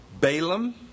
Balaam